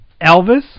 Elvis